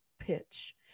pitch